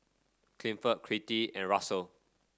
Clifford Kittie and Russell